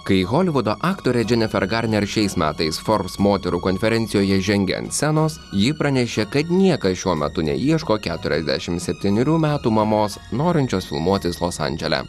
kai holivudo aktorė dženifer garner šiais metais forbes moterų konferencijoje žengė ant scenos ji pranešė kad niekas šiuo metu neieško keturiasdešimt septynerių metų mamos norinčios filmuotis los andžele